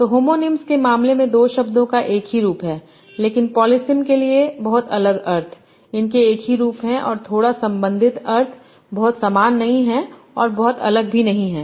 तो होमोनिम्स के मामले में 2 शब्दों का एक ही रूप है लेकिन पॉलीसिम के लिए बहुत अलग अर्थ इनके एक ही रूप है और थोड़ा संबंधित अर्थ बहुत समान नहीं है और बहुत अलग भी नहीं है